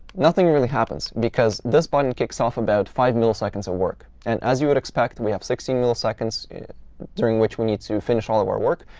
nothing really happens because this button kicks off about five milliseconds of work. and as you would expect, we have sixteen milliseconds during which we need to finish all of our work.